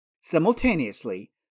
Simultaneously